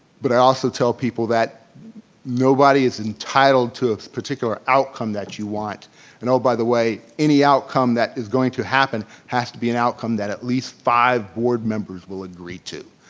but i also tell people that nobody is entitled to a particular outcome that you want and oh by the way, any outcome that is going to happen has to be an outcome that at least five board members will agree to.